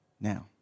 now